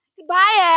Goodbye